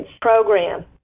program